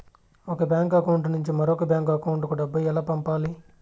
ఒక bank account నుంచి మరొక బ్యాంకు అకౌంట్ కు డబ్బు ఎలా పంపాలి